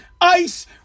ice